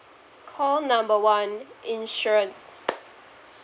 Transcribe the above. call number one insurance